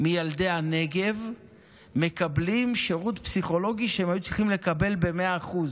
מילדי הנגב מקבלים שירות פסיכולוגי שהם היו צריכים לקבל ב-100%,